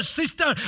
sister